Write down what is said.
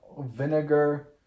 Vinegar